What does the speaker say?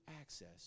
access